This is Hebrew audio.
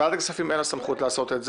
לוועדת הכספים אין סמכות לעשות את זה.